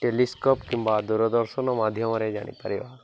telescope କିମ୍ବା ଦୂରଦର୍ଶନ ମାଧ୍ୟମରେ ଜାଣିପାରିବା